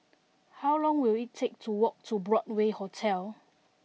how long will it take to walk to Broadway Hotel